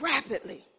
Rapidly